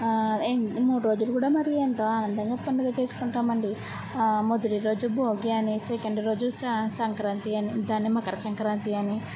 ఇం మూడు రోజులు కూడా మరీ ఎంతో ఆనందంగా పండుగ చేసుకుంటామండీ మొదటి రోజు భోగీ అనేసి సెకండ్ రోజు సా సంక్రాంతి అని దాన్నే మకరసంక్రాంతి అని